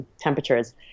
temperatures